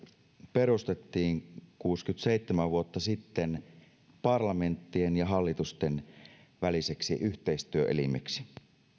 perustettiin kuusikymmentäseitsemän vuotta sitten parlamenttien ja hallitusten väliseksi yhteistyöelimeksi